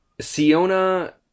Siona